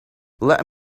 let